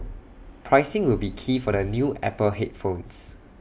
pricing will be key for the new Apple headphones